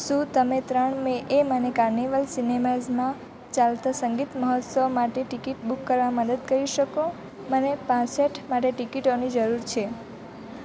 શું તમે ત્રણ મેએ મને કાર્નિવલ સિનેમાઝમાં ચાલતા સંગીત મહોત્સવ માટે ટિકિટ બુક કરવા મદદ કરી શકો મને પાસઠ માટે ટિકિટોની જરૂર છે